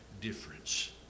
difference